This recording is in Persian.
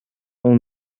اون